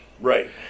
Right